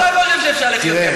גם אתה חושב שאפשר לחיות יחד.